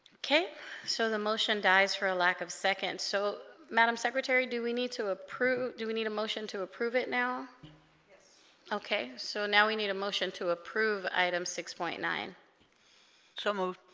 okay so the motion dies for a lack of second so madam secretary do we need to approve do we need a motion to approve it now okay so now we need a motion to approve item six point nine so move